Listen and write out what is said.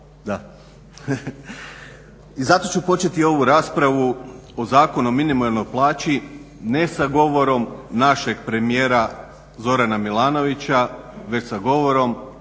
I zato ću početi ovu raspravu o Zakonu o minimalnoj plaći ne sa govorom našeg premijera Zorana Milanovića već sa govorom